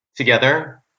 together